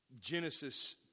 Genesis